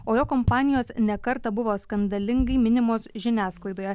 o jo kompanijos ne kartą buvo skandalingai minimos žiniasklaidoje